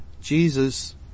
Jesus